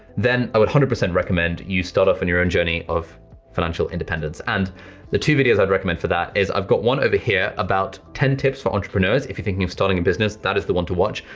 then i would one hundred percent recommend you start off on and your own journey of financial independence and the two videos i'd recommend for that is i've got one over here about ten tips for entrepreneurs, if you're thinking of starting a business, that is the one to watch.